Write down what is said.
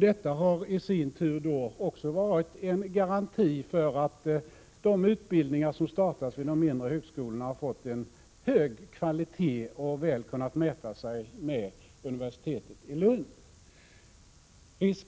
Detta har i sin tur också varit en garanti för att de utbildningar som startats vid de mindre högskolorna har fått en hög kvalitet och väl kunnat mäta sig med universitetet i Lund.